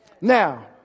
Now